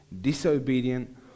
disobedient